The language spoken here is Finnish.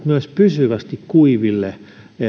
myös pysyvästi kuiville